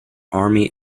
army